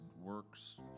works